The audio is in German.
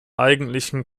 eigentlichen